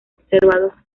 observados